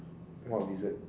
what wizard